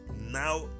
now